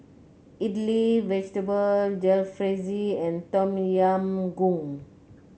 Idili Vegetable Jalfrezi and Tom Yam Goong